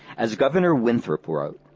as governor winthrop wrote